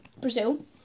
Brazil